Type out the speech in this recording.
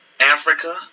Africa